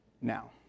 now